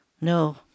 no